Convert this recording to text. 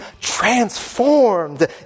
transformed